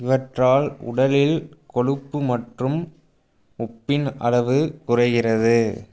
இவற்றால் உடலில் கொழுப்பு மற்றும் உப்பின் அளவு குறைகிறது